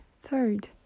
third